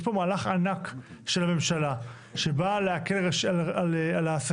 יש פה מהלך ענק של הממשלה, שבאה להקל על העסקים.